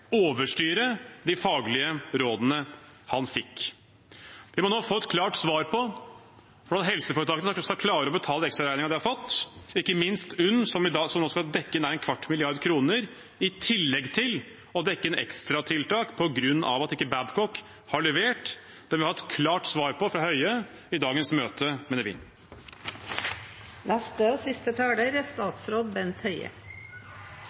overstyre de faglige rådene han fikk. Vi må nå få et klart svar på hvordan helseforetakene skal klare å betale ekstraregningen de har fått, ikke minst UNN, som i dag skal dekke inn nesten en kvart milliard kroner i tillegg til å dekke inn ekstratiltak på grunn av at Babcock ikke har levert. Det må vi ha et klart svar på fra Høie i dagens møte,